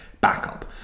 backup